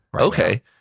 Okay